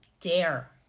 dare